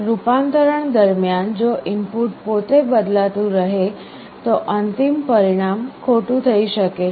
રૂપાંતરણ દરમિયાન જો ઇનપુટ પોતે બદલાતું રહે તો અંતિમ પરિણામ ખોટું થઈ શકે છે